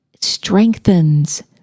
strengthens